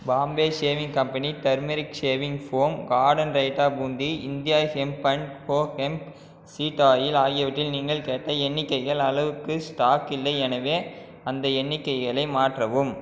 Bombay shaving company turmeric shaving foam garden raita boondi India hemp and co hemp seed oil ஆகியவற்றில் நீங்கள் கேட்ட எண்ணிக்கைகள் அளவுக்கு ஸ்டாக் இல்லை எனவே அந்த எண்ணிக்கைகளை மாற்றவும்